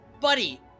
Buddy